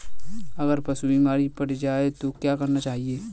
अगर पशु बीमार पड़ जाय तो क्या करना चाहिए?